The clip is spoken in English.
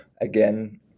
Again